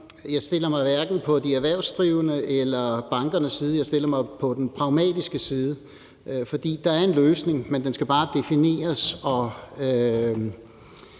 Jeg stiller mig hverken på de erhvervsdrivendes eller bankernes side. Jeg stiller mig på den pragmatiske side, for der er en løsning, men den skal bare defineres,